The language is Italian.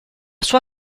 sua